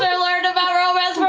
ah learned about romance from ah